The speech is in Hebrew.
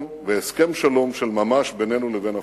והסכם שלום של ממש בינינו לבין הפלסטינים.